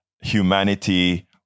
humanity